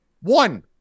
one